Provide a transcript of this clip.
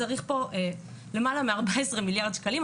צריך פה למעלה מ- 14 מיליארד שקלים,